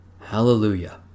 Hallelujah